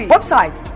Website